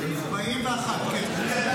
41, כן.